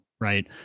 right